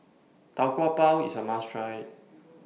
Tau Kwa Pau IS A must Try